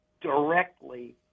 directly